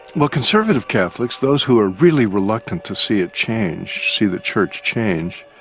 well, conservative catholics, those who are really reluctant to see a change, see the church change,